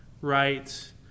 right